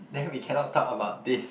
then we cannot talk about this